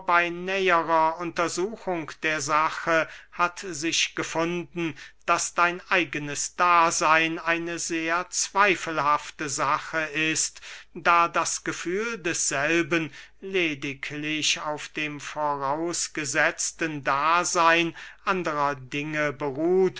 bey näherer untersuchung der sache hat sich gefunden daß dein eigenes daseyn eine sehr zweifelhafte sache ist da das gefühl desselben lediglich auf dem vorausgesetzten daseyn anderer dinge beruht